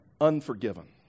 unforgiven